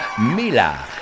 Mila